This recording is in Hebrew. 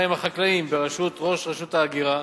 עם החקלאים בראשות ראש רשות ההגירה,